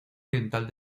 oriental